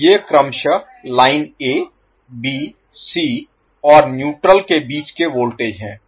तो ये क्रमशः लाइन ए बी सी और न्यूट्रल के बीच के वोल्टेज हैं